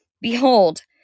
Behold